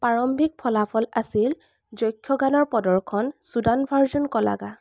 প্ৰাৰম্ভিক ফলাফল আছিল যক্ষগানৰ প্ৰদৰ্শন চুদানভাৰ্জন কলাগা